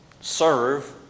serve